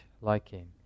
Liking